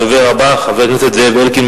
הדובר הבא, חבר הכנסת זאב אלקין.